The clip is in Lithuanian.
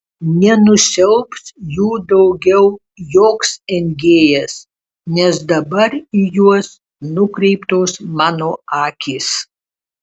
nenusiaubs jų daugiau joks engėjas nes dabar į juos nukreiptos mano akys